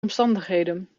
omstandigheden